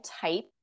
type